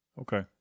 Okay